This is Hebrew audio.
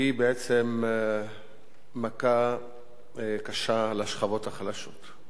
היא בעצם מכה קשה לשכבות החלשות.